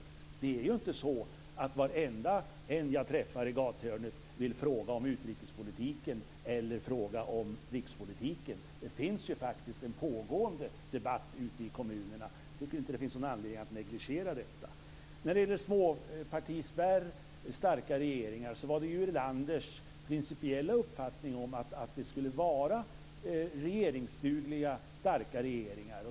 Det är ju inte så att varenda en jag träffar i gathörnet vill fråga om utrikespolitiken eller om rikspolitiken. Det finns ju faktiskt en pågående debatt ute i kommunerna, och jag tycker inte att det finns någon anledning att negligera detta. När det gäller småpartispärren och starka regeringar var det ju Erlanders principiella uppfattning att det skulle vara regeringsdugliga, starka regeringar.